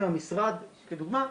כדוגמה,